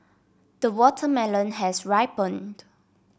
the watermelon has ripened